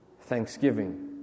thanksgiving